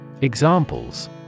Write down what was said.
Examples